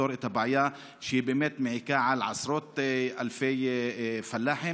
לפתור את הבעיה שבאמת מעיקה על עשרות אלפי פלאחים.